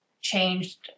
changed